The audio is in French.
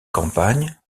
campagne